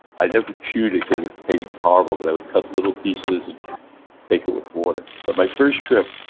i never chewed it, cause it tasted horrible, but i would cut little pieces and take it with water. but my first trip,